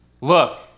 Look